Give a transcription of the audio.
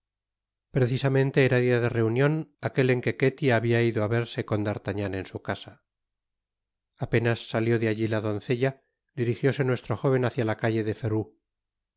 precisamente era dia de reunion aquel en que ketty habia ido á verse con d'artagnan en su casa apenas salió de alli la doncella dirijióse nuestro jóven hácia la calte de ferou